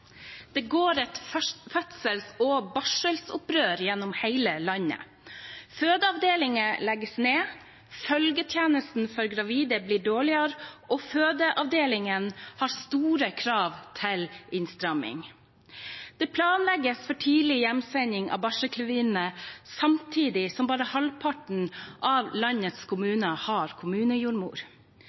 Det går et fødsels- og barselopprør gjennom hele landet. Fødeavdelinger legges ned, følgetjenesten for gravide blir dårligere, og fødeavdelingene har store krav til innstramming. Det planlegges for tidlig hjemsending av barselkvinnene, samtidig som bare halvparten av landets kommuner har kommunejordmor.